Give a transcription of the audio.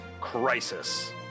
Crisis